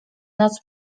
noc